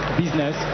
business